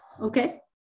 Okay